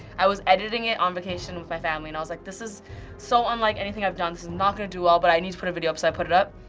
i was editing it on vacation with my family, and i was like, this is so unlike anything i've done. this is not gonna do well, but i need to put a video up. so i put it up.